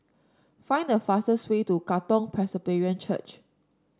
find the fastest way to Katong Presbyterian Church